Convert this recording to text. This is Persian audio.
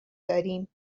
داریم